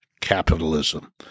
capitalism